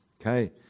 okay